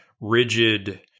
rigid